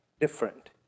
different